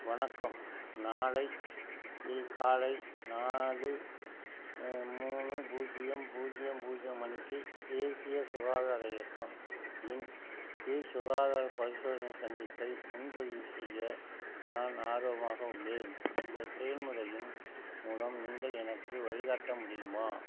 வணக்கம் நாளை இல் காலை நாலு மூணு பூஜ்ஜியம் பூஜ்ஜியம் பூஜ்ஜியம் மணிக்கு தேசிய சுகாதார இயக்கம் இன் கீழ் சுகாதார பரிசோதனை சந்திப்பை முன்பதிவு செய்ய நான் ஆர்வமாக உள்ளேன் இந்த செயல்முறையின் மூலம் நீங்கள் எனக்கு வழிகாட்ட முடியுமா